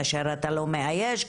כאשר אתה לא מאייש,